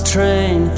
Train